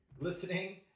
listening